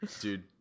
dude